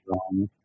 wrong